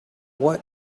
what